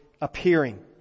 appearing